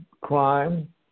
crime